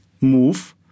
move